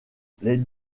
les